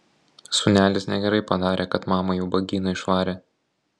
sūnelis negerai padarė kad mamą į ubagyną išvarė